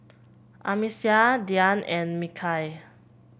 Amsyar Dian and Mikhail